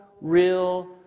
real